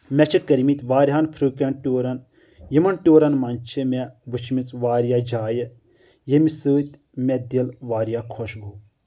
مےٚ چھِ کٔرمٕتۍ واریاہن فروکنٹ ٹیوٗرَن یِمن ٹیوٗرَن منٛز چھِ مےٚ وُچھمٕژ واریاہ جایہِ ییٚمہِ سۭتۍ مےٚ دِل واریاہ خۄش گوٚو